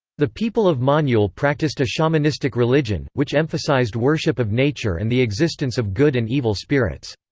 the people of monyul practiced a shamanistic religion, which emphasized worship of nature and the existence of good and evil spirits.